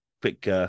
quick